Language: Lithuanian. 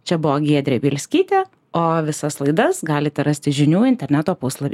čia buvo giedrė bielskytė o visas laidas galite rasti žinių interneto puslapyje